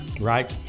Right